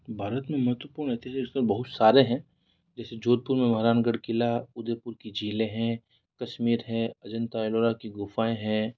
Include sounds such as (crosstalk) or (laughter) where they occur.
भारत में महत्वपूर्ण (unintelligible) तो बहुत सारे हैं इस जोधपुर में मेहरानगढ़ क़िला उदयपुर की झीलें हैं कश्मीर है अजंता एलोरा की गुफ़ाएं हैं